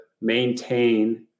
maintain